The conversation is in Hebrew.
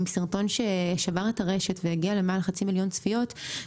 עם סרטון ששבר את הרשת והגיע למעל חצי מיליון צפיות,